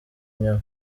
nyuma